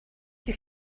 you